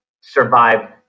survive